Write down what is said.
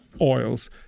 oils